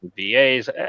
vas